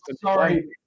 sorry